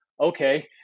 Okay